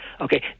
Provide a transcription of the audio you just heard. okay